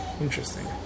Interesting